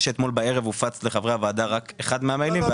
אתמול בערב הופץ לחברי הוועדה רק אחד מן המיילים.